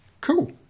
cool